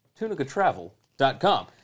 tunicatravel.com